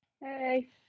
Hey